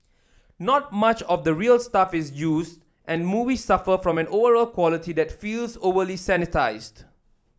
not much of the real stuff is used and the movie suffer from an overall quality that feels overly sanitised